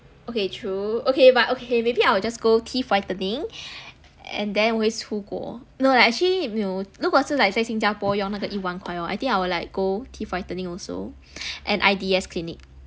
okay true okay but okay maybe I will just go teeth whitening and then 我会出国 no lah actually 没有如果是 like 在新加坡用那个一万块 hor I think I would like go teeth whitening also and I_D_S clinic